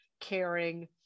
caring